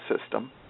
system